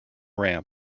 ramp